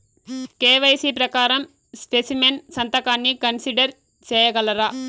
KYC ప్రకారం specimen సంతకాన్ని consider సేయగలరా?